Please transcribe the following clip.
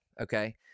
Okay